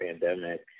pandemic